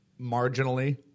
marginally